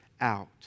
out